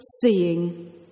seeing